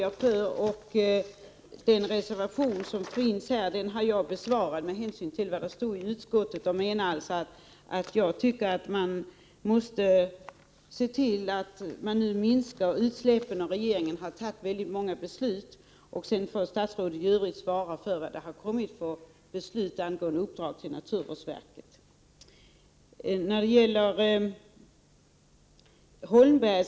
Jag har besvarat den reservation som finns med hänvisning till vad som står i utskottsbetänkandet. Jag tycker att man måste se till att man nu minskar utsläppen. Regeringen har fattat många beslut angående detta. Statsrådet får i övrigt svara för de beslut som har fattats angående uppdrag till naturvårdsverket. Håkan Holmberg!